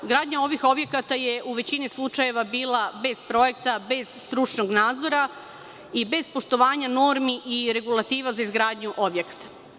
Izgradnja ovih objekata je u većini slučajeva bila bez projekta, bez stručnog nadzora i bez poštovanja normi i regulativa za izgradnju objekata.